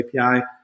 api